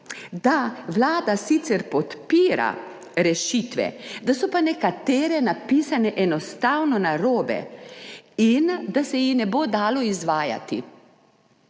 da Vlada sicer podpira rešitve, da so pa nekatere napisane enostavno narobe in da se jih ne bo dalo izvajati.